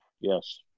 Yes